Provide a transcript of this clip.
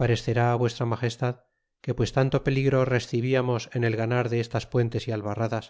pareseeri vuestra mgestad que pues tanto peligro reicibiamos en el ganar de es tas puentes y albarradas